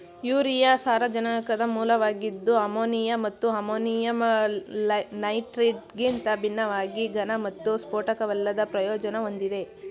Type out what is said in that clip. urea ಸಾರಜನಕದ ಮೂಲವಾಗಿದ್ದು ammonia ಮತ್ತು ಅಮೋನಿಯಂ ನೈಟ್ರೇಟ್ಗಿಂತ ಭಿನ್ನವಾಗಿ ಘನ ಮತ್ತು ಸ್ಫೋಟಕವಲ್ಲದ ಪ್ರಯೋಜನ ಹೊಂದಿದೆ